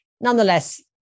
Nonetheless